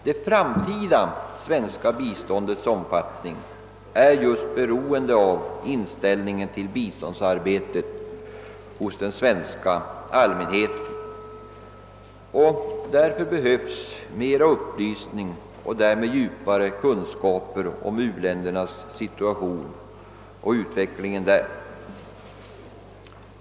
Det framtida svenska biståndets omfattning är beroende just av inställningen till biståndsarbetet hos den svenska allmänheten. Därför behövs mera upplysning och därmed djupare kunskaper om u-ländernas situation och utveckling.